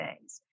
days